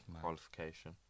qualification